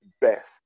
best